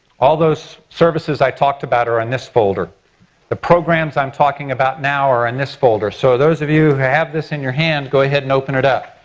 all those services i talked about are in this folder the programs i'm talking about now are in this folder. so those of you who have this in your hand, go ahead and open it up.